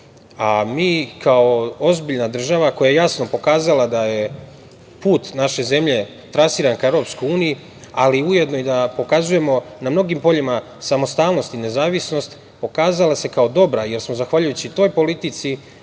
kao ozbiljna država, koja je jasno pokazala da je put naše zemlje trasiran ka EU, ali ujedno i da pokazujemo na mnogim poljima samostalnost i nezavisnost, pokazala se kao dobra, jer smo zahvaljujući toj politici